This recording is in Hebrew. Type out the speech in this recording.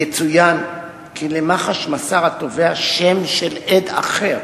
יצוין כי למח"ש מסר התובע שם של עד אחר,